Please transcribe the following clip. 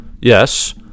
yes